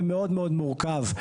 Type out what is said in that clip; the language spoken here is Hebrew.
למאוד מאוד מורכב.